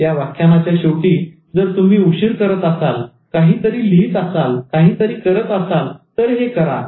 या व्याख्यानाच्या शेवटी जर तुम्ही उशीर करत असाल काहीतरी लिहीत असाल काहीतरी करत असाल तर हे करा